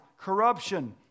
corruption